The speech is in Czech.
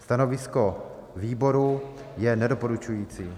Stanovisko výboru je nedoporučující.